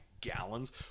gallons